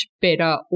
better